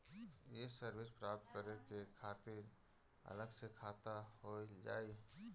ये सर्विस प्राप्त करे के खातिर अलग से खाता खोलल जाइ?